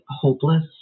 hopeless